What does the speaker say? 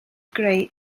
greu